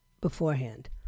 beforehand